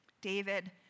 David